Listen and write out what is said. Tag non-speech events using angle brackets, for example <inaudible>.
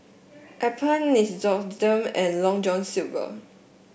Alpen Nixoderm <unintelligible> and Long John Silver